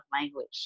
language